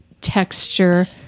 texture